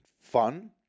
fun